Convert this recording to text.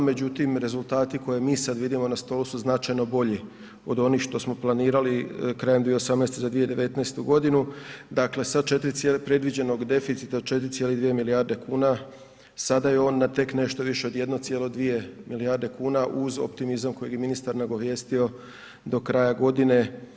Međutim, rezultati koje mi sada vidimo na stolu su značajno bolji od onih što smo planirali krajem 2018. za 2019. godinu predviđenog deficita 4,2 milijarde kuna sada je on na tek nešto više od 1,2 milijarde kuna uz optimizam kojeg je ministar nagovijestio do kraja godine.